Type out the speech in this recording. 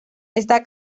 está